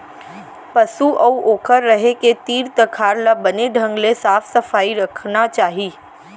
पसु अउ ओकर रहें के तीर तखार ल बने ढंग ले साफ सफई रखना चाही